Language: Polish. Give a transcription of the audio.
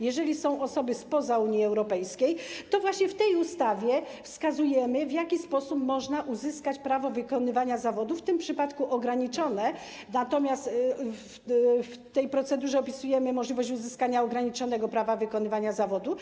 Jeżeli są osoby spoza Unii Europejskiej, to właśnie w tej ustawie wskazujemy, w jaki sposób można uzyskać prawo wykonywania zawodu, w tym przypadku ograniczone, natomiast w tej procedurze opisujemy możliwość uzyskania ograniczonego prawa wykonywania zawodu.